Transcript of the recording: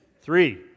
three